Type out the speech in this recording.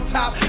top